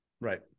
Right